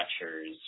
lectures